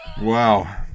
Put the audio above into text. Wow